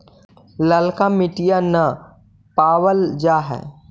ललका मिटीया न पाबल जा है?